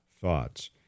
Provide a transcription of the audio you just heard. thoughts